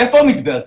איפה המתווה הזה?